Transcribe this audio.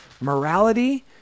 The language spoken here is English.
morality